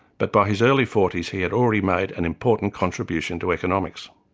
but by his early forty s he had already made an important contribution to economics.